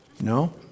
No